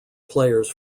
players